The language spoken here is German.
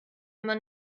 immer